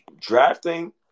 drafting